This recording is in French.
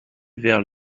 vers